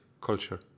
culture